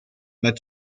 m’as